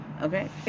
okay